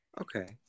okay